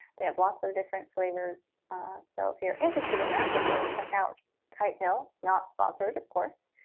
they have lots of different flavors so if you're interested in that definitely check out kite hill not sponsored, of course